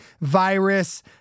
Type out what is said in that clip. virus